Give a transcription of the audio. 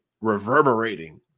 reverberating